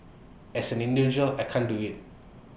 as an individual I can't do IT